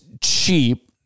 cheap